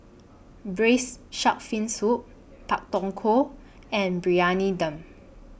Raised Shark Fin Soup Pak Thong Ko and Briyani Dum